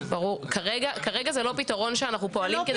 כרגע זה לא פתרון שאנחנו פועלים כדי